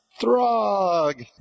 Throg